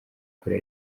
kure